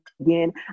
again